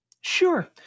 Sure